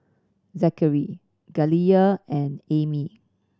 Zachery Galilea and Ami